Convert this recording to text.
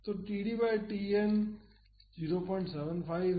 तो td बाई Tn 075 है